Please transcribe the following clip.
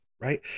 right